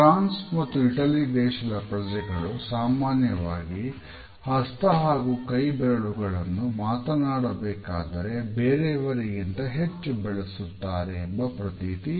France ಮತ್ತು Italy ದೇಶದ ಪ್ರಜೆಗಳು ಸಾಮಾನ್ಯವಾಗಿ ಹಸ್ತ ಹಾಗೂ ಕೈಬೆರಳುಗಳನ್ನು ಮಾತನಾಡಬೇಕಾದರೆ ಬೇರೆಯವರಿಗಿಂತ ಹೆಚ್ಚು ಬೆಳೆಸುತ್ತಾರೆ ಎಂಬ ಪ್ರತೀತಿ ಇದೆ